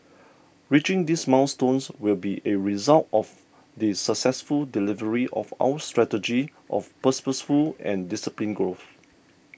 reaching these milestones will be a result of the successful delivery of our strategy of purposeful and disciplined growth